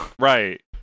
Right